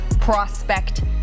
prospect